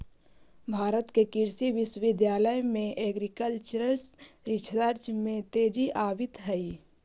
भारत के कृषि विश्वविद्यालय में एग्रीकल्चरल रिसर्च में तेजी आवित हइ